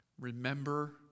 Remember